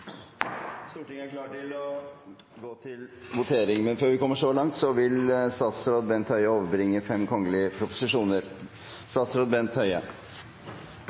Stortinget klar til å gå til votering. Men før vi kommer så langt, vil statsråd Bent Høie overbringe fem kgl. proposisjoner.